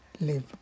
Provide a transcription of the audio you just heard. live